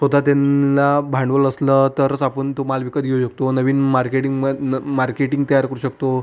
स्वतः त्यांला भांडवल असलं तरच आपण तो माल विकत घेऊ शकतो नवीन मार्केटिंग म् न मार्केटिंग तयार करू शकतो